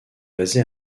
basé